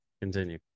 Continue